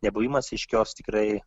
nebuvimas aiškios tikrai